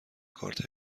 کارت